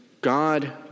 God